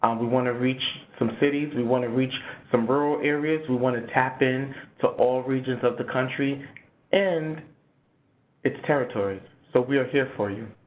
um we want to reach some cities, we want to reach some rural areas, we want to tap in to all regions of the country and its territories. territories. so we're here for you.